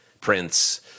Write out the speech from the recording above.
Prince